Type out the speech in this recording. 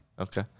Okay